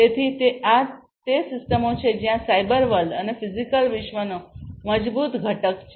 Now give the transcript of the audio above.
તેથી આ તે સિસ્ટમો છે જ્યાં સાયબર વર્લ્ડ અને ફિઝિકલ વિશ્વનો મજબૂત ઘટક છે